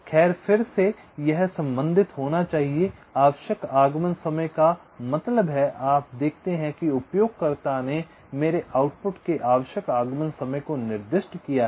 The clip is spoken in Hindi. खैर फिर से यह सम्बंधित होना चाहिए आवश्यक आगमन समय का मतलब है आप देखते हैं कि उपयोगकर्ता ने मेरे आउटपुट के आवश्यक आगमन समय को निर्दिष्ट किया है